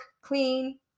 clean